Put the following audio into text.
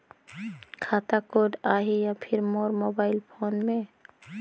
खाता कोड आही या फिर मोर मोबाइल फोन मे?